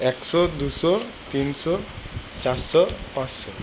একশো দুশো তিনশো চারশো পাঁচশো